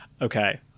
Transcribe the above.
Okay